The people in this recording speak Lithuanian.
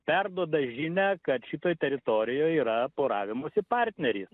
perduoda žinią kad šitoj teritorijoj yra poravimosi partneris